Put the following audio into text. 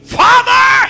father